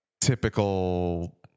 typical